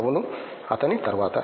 అవును అతని తరువాత